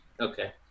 okay